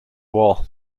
war